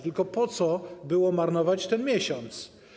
Tylko po co było marnować ten miesiąc?